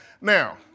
Now